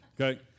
okay